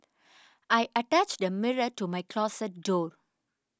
I attached a mirror to my closet door